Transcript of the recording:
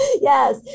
yes